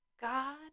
God